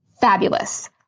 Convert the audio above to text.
Fabulous